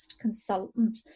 consultant